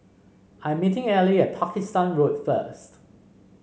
I'm meeting Elie at Pakistan Road first